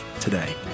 today